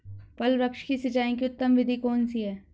फल वृक्ष की सिंचाई की उत्तम विधि कौन सी है?